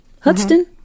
Hudson